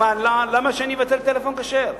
למה שאני אבטל את הטלפון הכשר?